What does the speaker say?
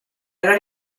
era